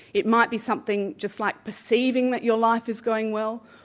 it might be something just like perceiving that your life is going well,